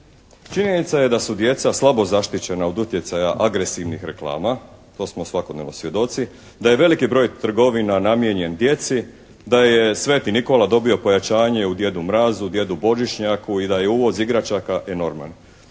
Činjenica je da su djeca slabo zaštićena od utjecaja agresivnih reklama, to smo svakodnevno svjedoci, da je veliki broj trgovina namijenjen djeci, da je Sveti Nikola dobio pojačanje u Djedu Mrazu, Djedu Božićnjaku i da je uvoz igračaka enorman.